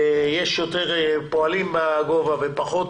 ויש יותר פועלים בגובה, ופחות